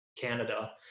Canada